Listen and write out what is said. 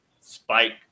Spike